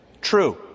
true